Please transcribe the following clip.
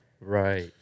Right